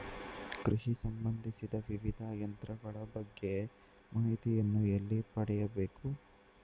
ಕೃಷಿ ಸಂಬಂದಿಸಿದ ವಿವಿಧ ಯಂತ್ರಗಳ ಬಗ್ಗೆ ಮಾಹಿತಿಯನ್ನು ಎಲ್ಲಿ ಪಡೆಯಬೇಕು?